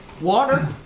Water